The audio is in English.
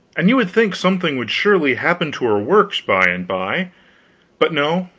and you would think something would surely happen to her works, by and by but no,